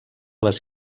les